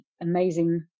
amazing